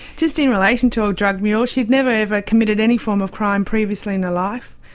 just in relation to a drug mule, she'd never ever committed any form of crime previously in her life.